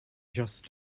just